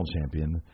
champion